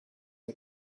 are